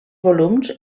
volums